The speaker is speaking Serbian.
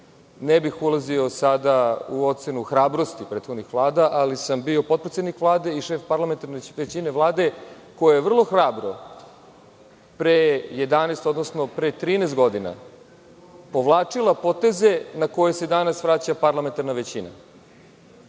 bih ulazio sada u ocenu hrabrosti prethodnih vlada, ali sam bio potpredsednik vlade i šef parlamentarne većine vlade koja je hrabro pre 13 godina povlačila poteze na koje se danas vraća parlamentarna većina. Ne